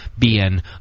BN